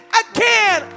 again